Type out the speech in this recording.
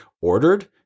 ordered